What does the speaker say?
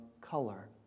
color